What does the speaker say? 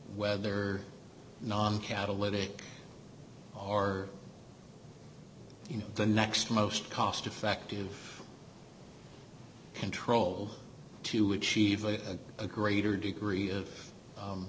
whether non catalytic or in the next most cost effective control to achieve a greater degree of